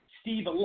Steve